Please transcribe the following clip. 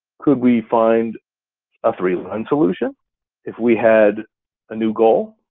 could we find a three-line and solution if we had a new goal?